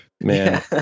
man